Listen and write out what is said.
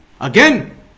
again